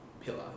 Pillar